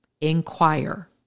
Inquire